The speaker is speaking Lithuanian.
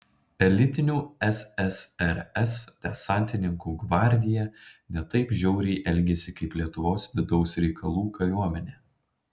elitinių ssrs desantininkų gvardija ne taip žiauriai elgėsi kaip lietuvos vidaus reikalų kariuomenė